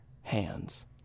hands